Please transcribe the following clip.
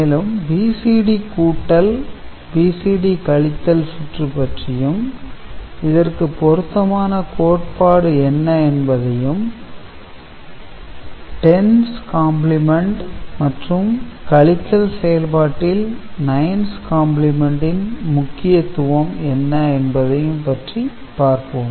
மேலும் BCD கூட்டல் BCD கழித்தல் சுற்று பற்றியும் இதற்கு பொருத்தமான கோட்பாடு என்ன என்பதையும் 10's காம்ப்ளிமென்ட் மற்றும் கழித்தல் செயல்பாட்டில் 9's காம்ப்ளிமென்ட் இன் முக்கியத்துவம் என்ன என்பதை பற்றியும் பார்ப்போம்